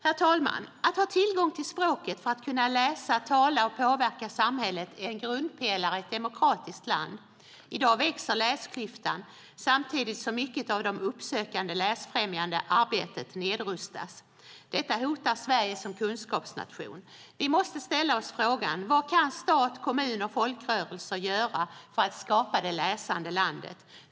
Herr talman! Att ha tillgång till språket för att kunna läsa, tala och påverka samhället är en grundpelare i ett demokratiskt land. I dag växer läsklyftan, samtidigt som mycket av det uppsökande läsfrämjande arbetet nedrustats. Detta hotar Sverige som kunskapsnation. Vi måste ställa oss frågan: Vad kan stat, kommuner och folkrörelser göra för att skapa det läsande landet?